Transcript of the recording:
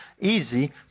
easy